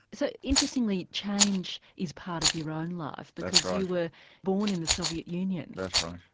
so interestingly, change is part of your own life because you were born in the soviet union. that's right.